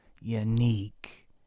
unique